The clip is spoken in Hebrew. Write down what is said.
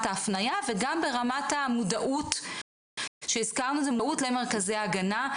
ההפניה וגם ברמת המודעות למרכזי ההגנה.